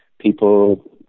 people